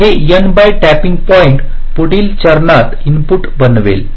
तर हे N by tapping point पुढील चरणात इनपुट बनवेल